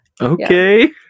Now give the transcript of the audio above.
Okay